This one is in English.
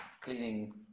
cleaning